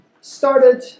started